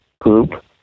group